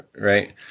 right